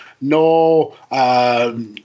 no